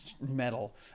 metal